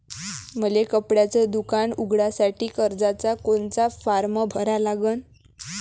मले कपड्याच दुकान उघडासाठी कर्जाचा कोनचा फारम भरा लागन?